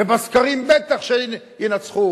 ובסקרים בטח שינצחו.